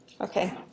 Okay